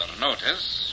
notice